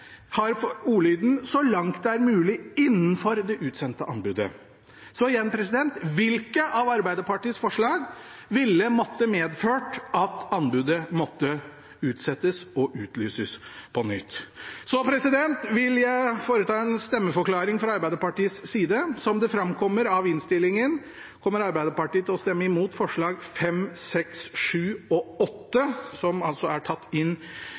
ordlyden «så langt det er mulig innenfor det utsendte anbudet». Så igjen: Hvilke av Arbeiderpartiets forslag ville medført at anbudet måtte utsettes og utlyses på nytt? Så vil jeg foreta en stemmeforklaring fra Arbeiderpartiets side. Som det framkommer av innstillingen, kommer Arbeiderpartiet til å stemme imot forslagene nr. 5, 6, 7 og 8, som altså er tatt inn